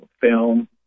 film